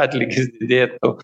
atlygis didėtų